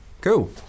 cool